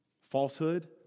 Falsehood